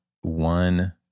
one